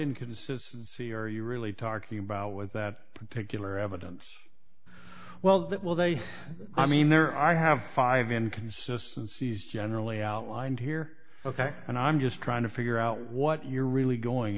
inconsistency are you really talking about with that particular evidence well that was a i mean there i have five inconsistency is generally outlined here ok and i'm just trying to figure out what you're really going